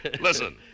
Listen